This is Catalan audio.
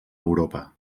europa